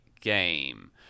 game